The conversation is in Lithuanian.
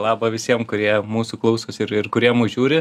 laba visiem kurie mūsų klausosi ir ir kurie mus žiūri